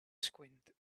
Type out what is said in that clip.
squint